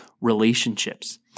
relationships